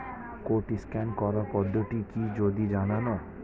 Code scan করার পদ্ধতিটি কি যদি জানান?